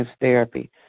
therapy